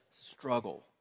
struggle